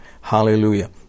Hallelujah